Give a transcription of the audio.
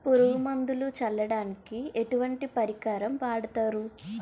పురుగు మందులు చల్లడానికి ఎటువంటి పరికరం వాడతారు?